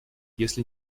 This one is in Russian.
если